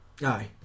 Aye